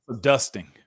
Dusting